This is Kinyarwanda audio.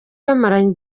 bamaranye